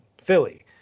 Philly